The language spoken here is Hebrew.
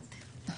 בבקשה.